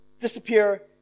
disappear